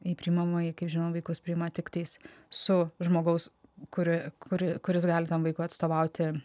į priimamąjį kaip žinom vaikus priima tiktais su žmogaus kuri kuri kuris gali tam vaikui atstovauti